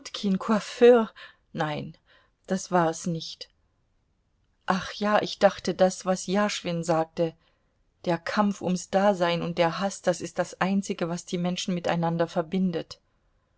tjutkin coiffeur nein das war es nicht ach ja ich dachte an das was jaschwin sagte der kampf ums dasein und der haß das ist das einzige was die menschen miteinander verbindet